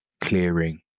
clearing